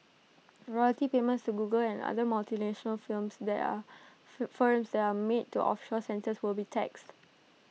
royalty payments to Google and other multinational firms that are for them they are made to offshore centres will be taxed